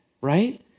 right